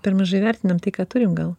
per mažai vertinam tai kad turim gal